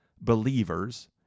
believers